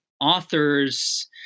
authors